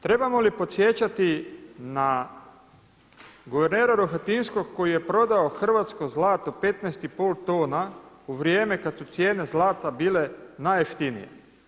Trebamo li podsjećati na guvernera Rohatinskog koji je prodao hrvatsko zlato 15,5 tona u vrijeme kada su cijene zlata bile najjeftinije?